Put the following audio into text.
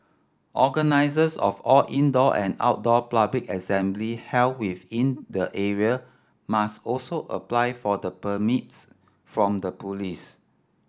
organisers of all indoor and outdoor public assembly held within the area must also apply for the permits from the police